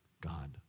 God